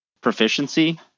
proficiency